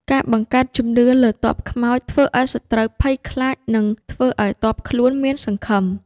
ការបង្កើតជំនឿលើ «ទ័ពខ្មោច» ធ្វើឱ្យសត្រូវភ័យខ្លាច និងធ្វើឱ្យទ័ពខ្លួនមានសង្ឃឹម។